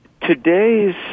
today's